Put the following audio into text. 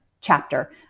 chapter